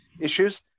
issues